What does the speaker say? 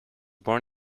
born